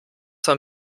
vom